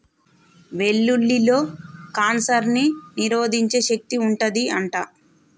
వెల్లుల్లిలో కాన్సర్ ని నిరోధించే శక్తి వుంటది అంట